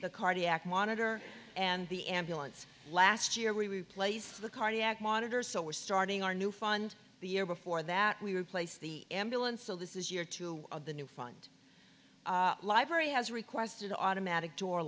the cardiac monitor and the ambulance last year we replace the cardiac monitor so we're starting our new fund the year before that we replace the ambulance so this is year two of the new fund library has requested automatic door